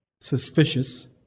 suspicious